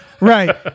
Right